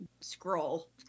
scroll